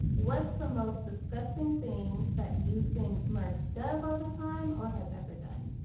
what's the most disgusting thing that you think merk does all the time or has ever done?